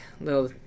little